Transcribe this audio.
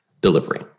delivery